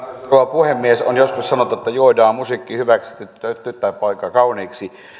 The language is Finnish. puhemies on joskus sanottu että juodaan musiikki hyväksi ja tyttö tai poika kauniiksi